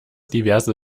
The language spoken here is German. diverse